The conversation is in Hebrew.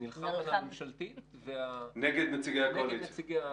נלחם על הצעת חוק ממשלתית נגד נציגי הקואליציה.